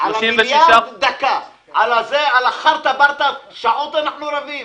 על המיליארד דקה, על חרטה ברטה, שעות אנחנו רבים.